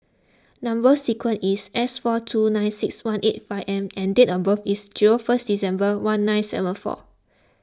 Number Sequence is S four two nine six one eight five M and date of birth is first December one nine seven four